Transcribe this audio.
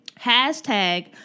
Hashtag